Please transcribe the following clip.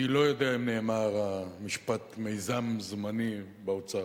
אני לא יודע אם נאמרו המלים "מיזם זמני" באוצר,